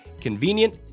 convenient